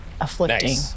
Afflicting